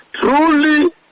Truly